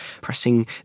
Pressing